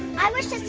i wished